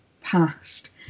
past